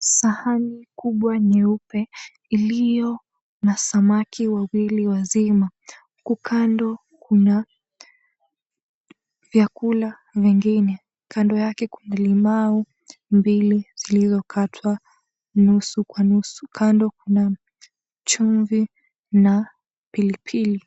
Sahani kubwa nyeupe iliyo na samaki wawili wazima. Huku kando kuna vyakula vingine, kando yake kuna limau mbili zilizokatwa nusu kwa nusu. Kando kuna chumvi na pilipili.